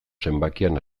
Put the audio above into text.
zenbakian